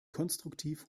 konstruktiv